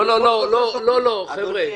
לא חבר'ה.